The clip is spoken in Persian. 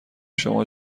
شما